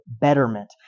betterment